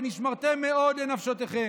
ונשמרתם מאוד לנפשותיכם,